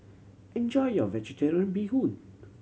enjoy your Vegetarian Bee Hoon